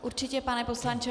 Určitě, pane poslanče.